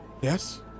yes